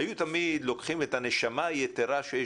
היו תמיד לוקחים את הנשמה היתרה שיש